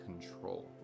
control